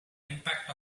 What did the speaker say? impact